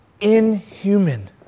Inhuman